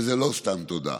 וזה לא סתם תודה,